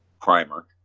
primer